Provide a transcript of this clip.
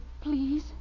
Please